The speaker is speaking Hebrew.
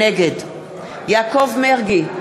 נגד יעקב מרגי,